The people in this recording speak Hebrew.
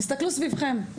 תסתכלו סביבכם,